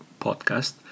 podcast